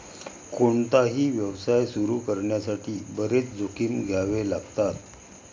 कोणताही व्यवसाय सुरू करण्यासाठी बरेच जोखीम घ्यावे लागतात